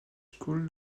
school